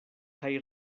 kaj